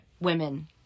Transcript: women